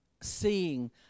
seeing